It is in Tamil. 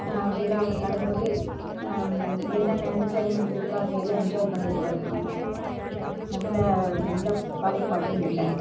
விழாவில் கலந்துவிட்டு என்னன்ன என்டர்டெயின்மெண்ட்யிருக்கோ அது எல்லாம் என்ஜாய் பண்ணிவிட்டு வருவாங்க அதில் எந்த பாகுப்பாடும் இல்லை